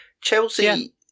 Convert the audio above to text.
Chelsea